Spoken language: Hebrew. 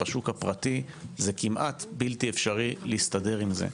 בשוק הפרטי זה כמעט בלתי אפשרי להסתדר עם זה.